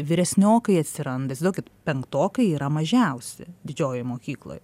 viresniokai atsiranda įsivaizduokit penktokai yra mažiausi didžiojoj mokykloj